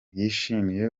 yishimiye